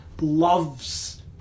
loves